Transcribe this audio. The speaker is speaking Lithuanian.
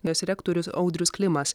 jos rektorius audrius klimas